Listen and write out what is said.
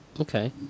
Okay